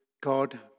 God